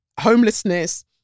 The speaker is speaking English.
homelessness